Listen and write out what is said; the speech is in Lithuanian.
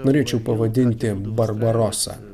norėčiau pavadinti barbarosa